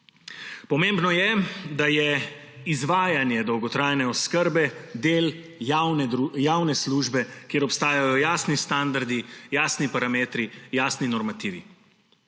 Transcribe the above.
Pomembno je, da je izvajanje dolgotrajne oskrbe del javne službe, kjer obstajajo jasni standardi, jasni parametri, jasni normativ,